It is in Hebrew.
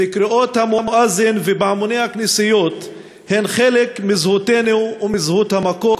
וקריאות המואזין ופעמוני הכנסיות הם חלק מזהותנו ומזהות המקום.